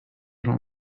don’t